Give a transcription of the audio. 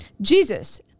Jesus